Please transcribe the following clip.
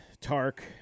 Tark